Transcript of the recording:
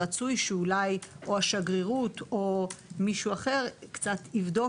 רצוי שאולי או השגרירות או מישהו אחר יבדוק